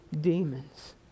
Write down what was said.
demons